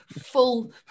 full